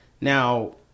now